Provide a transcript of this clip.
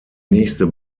nächste